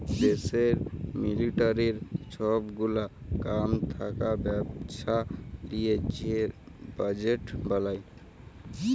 দ্যাশের মিলিটারির সব গুলা কাম থাকা ব্যবস্থা লিয়ে যে বাজেট বলায়